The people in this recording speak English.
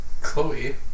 Chloe